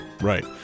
Right